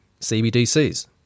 CBDCs